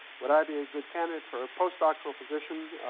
would i be a good candidate for a postdoctoral position